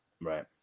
Right